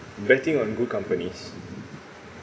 betting on good companies